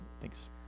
Thanks